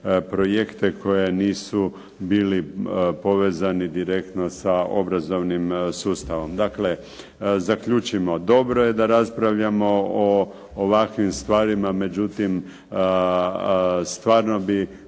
projekte koje nisu bili povezani direktno sa obrazovnim sustavom. Dakle, zaključimo. Dobro je da raspravljamo o ovakvim stvarima, međutim stvarno bi